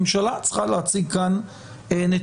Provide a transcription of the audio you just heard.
הממשלה צריכה להציג כאן נתונים.